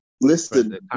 Listen